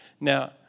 Now